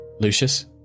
Lucius